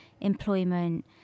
employment